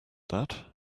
that